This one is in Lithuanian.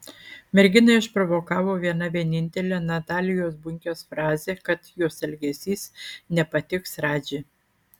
merginą išprovokavo viena vienintelė natalijos bunkės frazė kad jos elgesys nepatiks radži